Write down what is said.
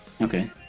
Okay